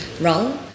role